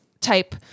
type